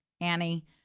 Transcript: Annie